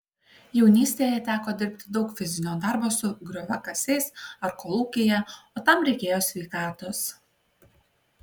jaunystėje teko dirbti daug fizinio darbo su grioviakasiais ar kolūkyje o tam reikėjo sveikatos